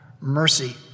mercy